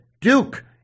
Duke